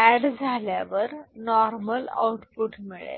add झाल्यावर normal output मिळेल